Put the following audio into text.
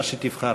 מה שתבחר.